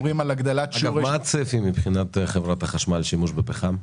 מה הצפי מבחינת חברת החשמל לשימוש בפחם?